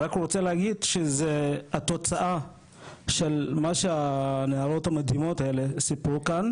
אני רק רוצה להגיד שזה התוצאה של מה שהנערות המדהימות הלאה סיפרו כאן,